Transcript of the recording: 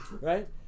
right